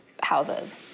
houses